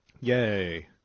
Yay